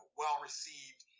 well-received